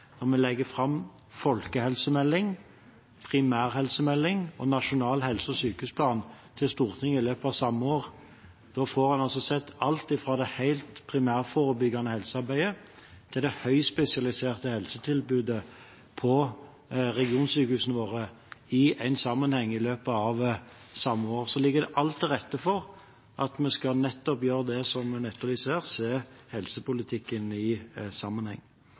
Når vi legger fram en folkehelsemelding, en primærhelsemelding og en nasjonal helse- og sykehusplan for Stortinget i løpet av samme år, får en sett alt fra det helt primærforebyggende helsearbeidet til det høyspesialiserte helsetilbudet på regionsykehusene våre i en sammenheng i løpet av samme år. Så alt ligger til rette for at vi nettopp skal gjøre det som en her etterlyser, å se helsepolitikken i en sammenheng.